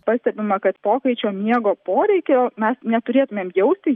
pastebima kad pokaičio miego poreikio mes neturėtumėm jausti